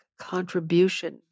contribution